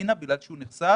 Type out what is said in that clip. קרנטינה בגלל שהוא נחשף,